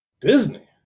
Disney